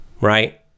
right